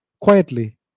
quietly